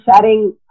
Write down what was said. sharing